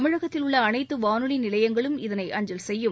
தமிழகத்தில் உள்ள அனைத்து வானொலி நிலையங்களும் இதனை அஞ்சல் செய்யும்